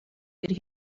could